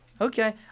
Okay